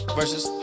versus